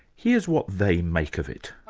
here's what they make of it.